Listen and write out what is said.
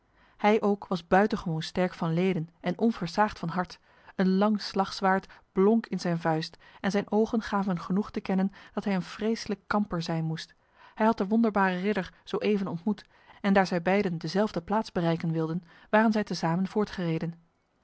hij ook was buitengewoon sterk van leden en onversaagd van hart een lang slagzwaaid blonk in zijn vuist en zijn ogen gaven genoeg te kennen dat hij een vreeslijke kamper zijn moest hij had de wonderbare ridder zo even ontmoet en daar zij beiden dezelfde plaats bereiken wilden waren zij te